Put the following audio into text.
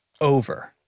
over